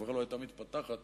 החברה לא היתה מתפתחת